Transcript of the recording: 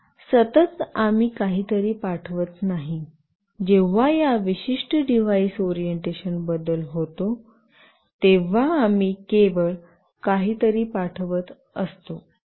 तर सतत आम्ही काहीतरी पाठवत नाही जेव्हा या विशिष्ट डिव्हाइस ओरिएंटेशन बदल होतो तेव्हा आम्ही केवळ काहीतरी पाठवत असतो